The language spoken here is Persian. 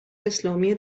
اسلامی